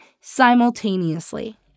simultaneously